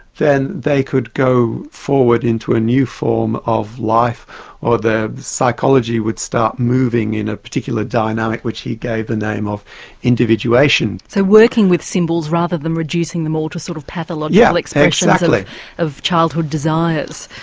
then they could go forward into a new form of life or the psychology would start moving in a particular dynamic which he gave the name of individuation. so working with symbols rather than reducing them all to sort of pathological expressions of childhood desires.